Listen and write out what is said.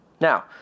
Now